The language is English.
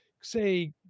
say